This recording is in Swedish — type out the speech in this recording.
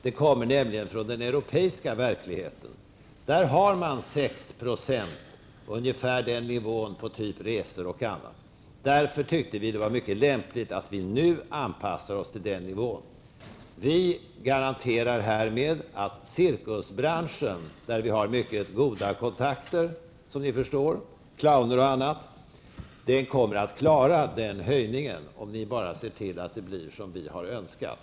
Den kommer nämligen från den europeiska verkligheten. Där har man ungefär 6 % moms på tjänster av typen resor och liknande. Därför tyckte vi att det var mycket lämpligt att nu anpassa Sverige till den nivån. Vi garanterar härmed att cirkusbranschen, där vi har mycket goda kontakter, som ni förstår -- clowner och annat --, kommer att klara den höjningen, om ni bara ser till att det blir som vi har önskat.